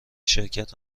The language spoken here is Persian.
شرکت